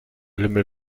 lümmel